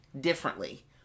differently